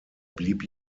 blieb